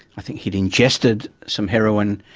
i think he had ingested some heroin,